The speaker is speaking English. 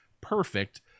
perfect